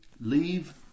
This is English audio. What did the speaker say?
leave